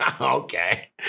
Okay